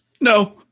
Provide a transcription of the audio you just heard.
No